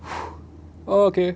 oh okay